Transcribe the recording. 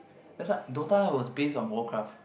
that's why Dota was based on Warcraft